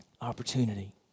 Opportunity